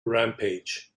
rampage